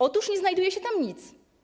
Otóż nie znajduje się tam nic.